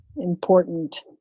important